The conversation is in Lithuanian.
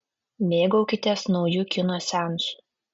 mėgaukitės nauju kino seansu